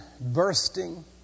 bursting